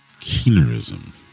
keenerism